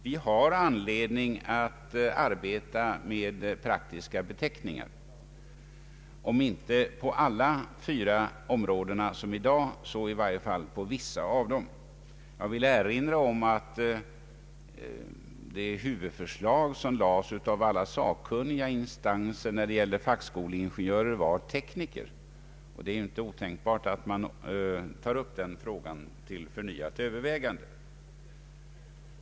Vi har anledning att arbeta med praktiska beteckningar, om inte på alla fyra områdena som sker i dag så i varje fall på vissa av dem. Jag vill erinra om att huvudförslaget från alla sakkunniga som stod bakom förslaget beträffande fackskoleingenjörer var tekniker. Det är inte otänkbart att man tar upp den frågan till förnyat övervägande.